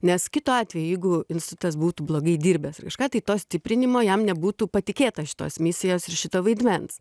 nes kitu atveju jeigu insutas būtų blogai dirbęs ar kažką tai to stiprinimo jam nebūtų patikėta šitos misijos ir šito vaidmens